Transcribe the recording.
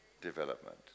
development